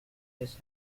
just